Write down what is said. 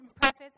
preface